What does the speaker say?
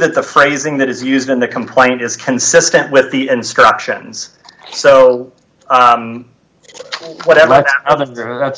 that the phrasing that is used in the complaint is consistent with the instructions so that's